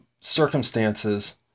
circumstances